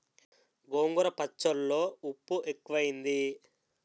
గోంగూర పచ్చళ్ళో ఉప్పు ఎక్కువైంది